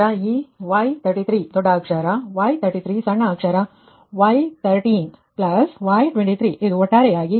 ನಂತರ ಈ Y33 ದೊಡ್ಡ ಅಕ್ಷರ Y33 ಸಣ್ಣ ಅಕ್ಷರ y13 y23 ಇದು ಒಟ್ಟಾರೆಯಾಗಿ 26 − j62 ಆಗುತ್ತದೆ